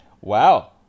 Wow